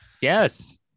yes